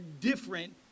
different